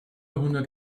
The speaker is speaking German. hundert